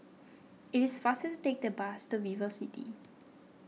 it is faster to take the bus to VivoCity